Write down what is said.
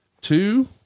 two